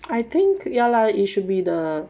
I think ya lah it should be the